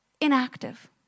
inactive